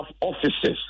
offices